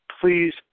please